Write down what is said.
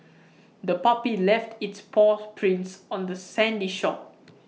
the puppy left its paw prints on the sandy shore